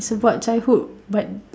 is about childhood but